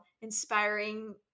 inspiring